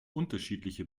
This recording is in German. unterschiedliche